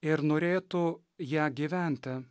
ir norėtų ja gyventi